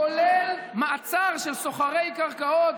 כולל מעצר של סוחרי קרקעות,